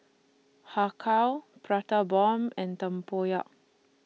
Har Kow Prata Bomb and Tempoyak